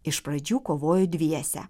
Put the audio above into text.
iš pradžių kovojo dviese